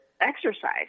exercise